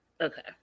okay